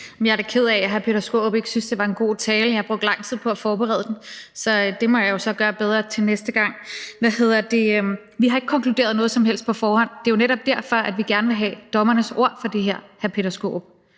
Jeg er da ked af, at hr. Peter Skaarup ikke synes, at det var en god tale. Jeg har brugt lang tid på at forberede den, men det må jeg jo så gøre bedre til næste gang. Vi har ikke konkluderet noget som helst på forhånd. Det er jo netop derfor, vi gerne vil have dommernes ord for det her, hr. Peter Skaarup.